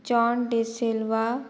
John D'Silva